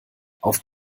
auf